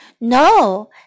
No